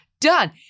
done